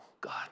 God